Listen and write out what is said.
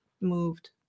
moved